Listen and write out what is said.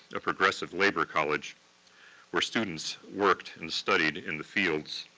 a progressive labor college where students worked and studied in the fields.